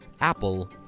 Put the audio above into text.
Apple